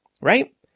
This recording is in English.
right